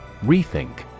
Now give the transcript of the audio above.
Rethink